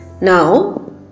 Now